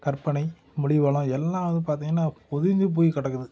கற்பனை மொழி வளம் எல்லாம் வந்து பார்த்திங்கனா குவிந்து போய் கிடக்குது